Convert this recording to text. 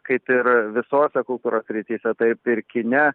kaip ir visose kultūros srityse taip ir kine